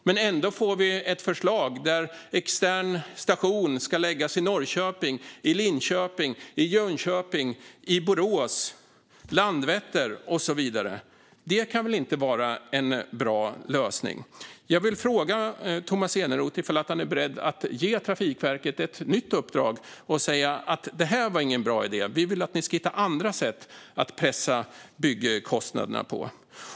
Men ändå får vi ett förslag där extern station ska läggas i Norrköping, i Linköping, i Jönköping, i Borås, i Landvetter och så vidare. Det kan väl inte vara en bra lösning? Är infrastrukturministern beredd att ge Trafikverket ett nytt uppdrag och säga att detta inte var en bra idé utan att Trafikverket ska hitta andra sätt att pressa byggkostnaderna?